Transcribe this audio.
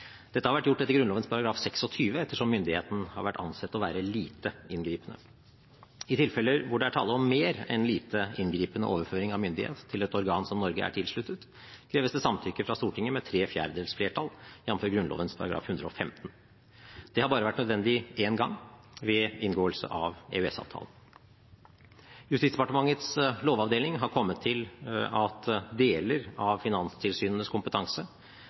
Dette har vært gjort etter Grunnloven § 26, ettersom myndigheten har vært ansett å være lite inngripende. I tilfeller hvor det er tale om mer enn lite inngripende overføring av myndighet til et organ som Norge er tilsluttet, kreves det samtykke fra Stortinget med tre fjerdedels flertall, jf. Grunnloven § 115. Det har bare vært nødvendig én gang; ved inngåelse av EØS-avtalen. Justisdepartementets lovavdeling har kommet til at deler av finanstilsynenes kompetanse